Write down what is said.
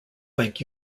bank